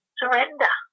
surrender